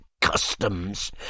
customs